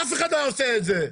אף אחד לא היה עושה את זה.